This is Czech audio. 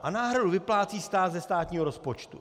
A náhradu vyplácí stát ze státního rozpočtu.